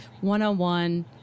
one-on-one